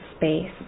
space